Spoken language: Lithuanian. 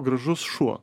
gražus šuo